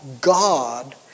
God